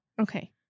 Okay